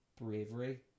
bravery